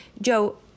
Joe